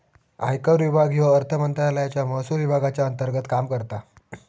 आयकर विभाग ह्यो अर्थमंत्रालयाच्या महसुल विभागाच्या अंतर्गत काम करता